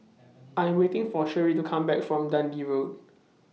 I Am waiting For Sherree to Come Back from Dundee Road